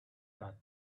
that